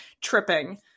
tripping